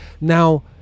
now